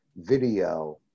video